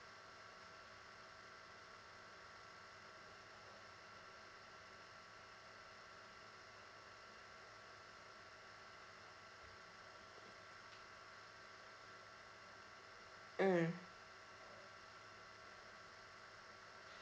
mm